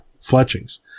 fletchings